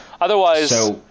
Otherwise